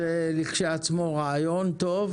כשלעצמו הוא רעיון טוב,